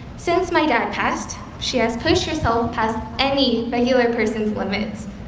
since my dad passed, she has pushed herself past any regular person's limits,